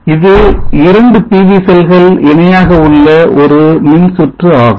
இது 2 PV செல்கள் இணையாக உள்ள ஒரு மின் சுற்று ஆகும்